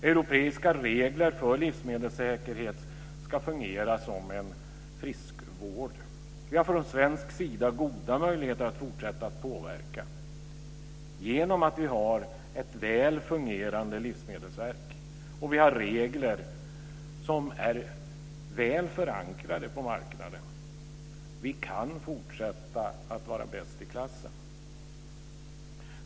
Europeiska regler för livsmedelssäkerhet ska fungera som friskvård. Vi har från svensk sida goda möjligheter att fortsätta att påverka genom att vi har ett väl fungerande livsmedelsverk. Vi har också regler som är väl förankrade på marknaden. Vi kan fortsätta att vara bäst i klassen.